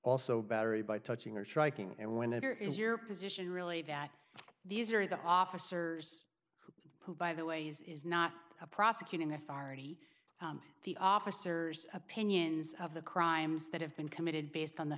also battery by touching or striking and whenever is your position really that these are the officers who by the way is not a prosecuting authority the officers opinions of the crimes that have been committed based on the